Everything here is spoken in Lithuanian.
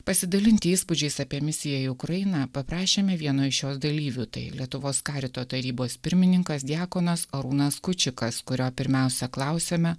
pasidalinti įspūdžiais apie misiją į ukrainą paprašėme vieno iš jos dalyvių tai lietuvos karito tarybos pirmininkas diakonas arūnas kučikas kurio pirmiausia klausėme